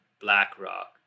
BlackRock